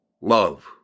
love